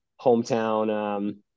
hometown